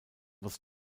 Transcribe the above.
was